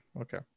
okay